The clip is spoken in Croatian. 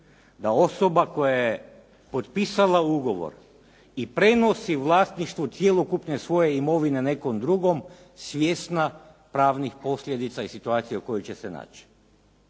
Da osoba koja je potpisala ugovor i prenosi vlasništvo cjelokupne svoje imovine nekom drugom, svjesna pravnih posljedica i situacija u kojoj će se naći?